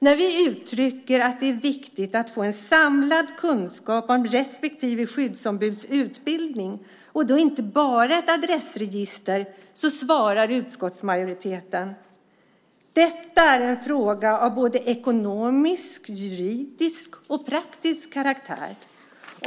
När vi uttrycker att det är viktigt att få en samlad kunskap om respektive skyddsombuds utbildning och då inte bara ett adressregister svarar utskottsmajoriteten: Detta är en fråga av både ekonomisk, juridisk och praktisk karaktär.